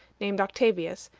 named octavius,